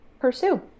pursue